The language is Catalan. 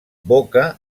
boca